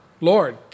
Lord